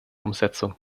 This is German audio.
umsetzung